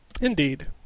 Indeed